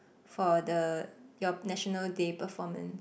for the your National Day performance